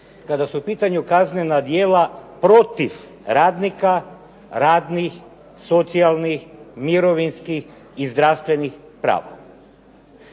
kada su u pitanju kaznena djela protiv radnika, radnih, socijalnih, mirovinskih i zdravstvenih prava.